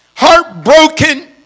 Heartbroken